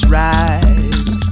rise